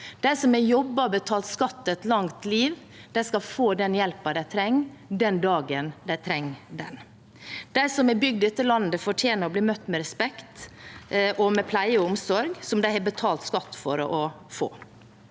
De som har jobbet og betalt skatt gjennom et langt liv, skal få den hjelpen de trenger, den dagen de trenger den. De som har bygd dette landet, fortjener å bli møtt med respekt og med pleie og omsorg som de har betalt skatt for å få.